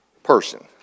person